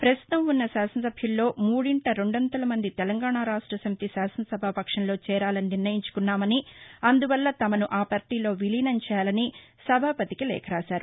ప్రస్తుతం ఉన్న శాసనసభ్యల్లో మూడింట రెండొంతుల మంది తెలంగాణ రాష్ట సమితి శాసనసభాపక్షంలో చేరాలని నిర్ణయించుకున్నారని అందువల్ల తమను ఆ పార్టీలో విలీనం చేయాలని సభాపతికి లేఖ రాశారు